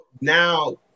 now